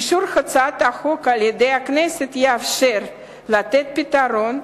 אישור הצעת החוק על-ידי הכנסת יאפשר לתת פתרון,